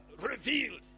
revealed